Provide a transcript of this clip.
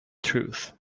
truth